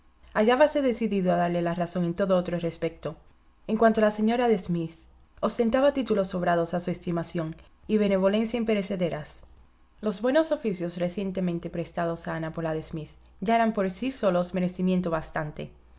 hallábase decidido a darle la razón en todo otro respecto en cuanto a la señora de smith ostentaba títulos sobrados a su estimación y benevolencia imperecederas los buenos oficios recientemente prestados a ana por la de smith ya eran por sí solos merecimiento bastante